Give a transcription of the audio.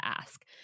ask